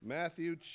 Matthew